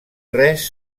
res